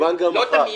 לא תמיד.